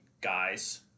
guys